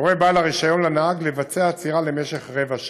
יורה בעל הרישיון לנהג לבצע עצירה למשך רבע שעה.